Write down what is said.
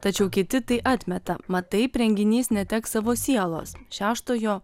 tačiau kiti tai atmeta mat taip renginys neteks savo sielos šeštojo